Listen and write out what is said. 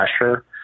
pressure